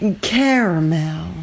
Caramel